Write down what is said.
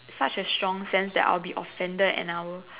such a strong sense that I will be offended and I will